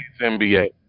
NBA